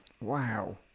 Wow